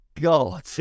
God